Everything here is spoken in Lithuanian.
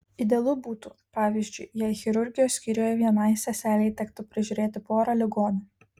idealu būtų pavyzdžiui jei chirurgijos skyriuje vienai seselei tektų prižiūrėti porą ligonių